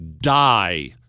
die